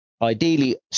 Ideally